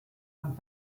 und